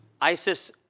ISIS